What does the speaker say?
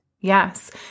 Yes